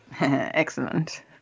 Excellent